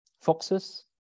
foxes